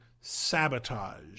Sabotage